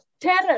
terror